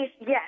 Yes